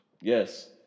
Yes